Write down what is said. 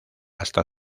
hasta